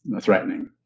threatening